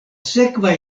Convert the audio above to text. sekva